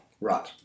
Right